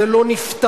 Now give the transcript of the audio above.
וזה לא נפתר.